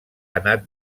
anat